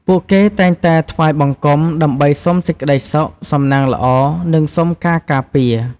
ពួកគេតែងតែថ្វាយបង្គំ ដើម្បីសុំសេចក្តីសុខ សំណាងល្អ និងសុំការការពារ។